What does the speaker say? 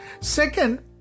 Second